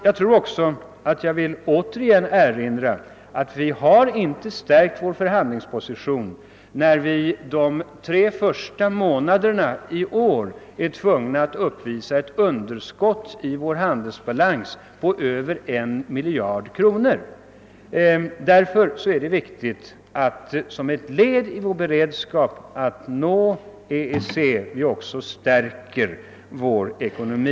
Jag vill också ännu en gång erinra om att vi inte har stärkt vår förhandlingsposition genom 'att:vi de tre första månaderna i år varit tvungna att visa upp ett underskott i vår handelsbalans på över 1 miljard kronor. Som ett led i vår beredskap att nå EEC är det därför viktigt att vi här i landet också stärker vår ekonomi.